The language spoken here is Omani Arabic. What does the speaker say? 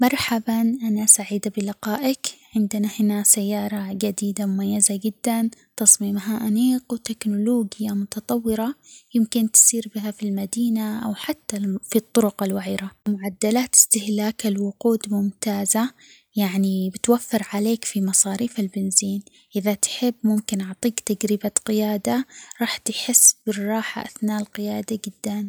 مرحباً أنا سعيدة بلقائك عندنا هنا سيارة جديدة مميزة جداً تصميمها أنيق وتكنولوجيا متطورة يمكن تسيربها في المدينة أو حتى في الطرق الوعرة معدلات استهلاك الوقود ممتازة يعني بتوفر عليك في مصاريف البنزين إذا تحب ممكن أعطيك تجربة قيادة رح تحس بالراحة أثناء القيادة جداً.